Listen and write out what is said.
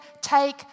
take